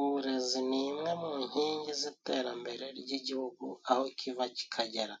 Uburezi ni imwe mu nkingi z'iterambere ry'igihugu aho kiva kikagera.